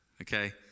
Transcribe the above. okay